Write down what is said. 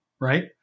right